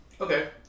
Okay